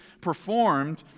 performed